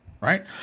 Right